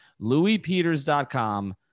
louispeters.com